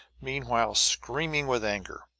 meanwhile screaming with anger.